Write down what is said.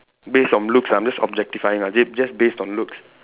based on looks I'm just objectifying ah j~ just based on looks